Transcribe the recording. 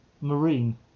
Marine